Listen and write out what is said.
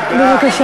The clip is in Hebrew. מי נמנע?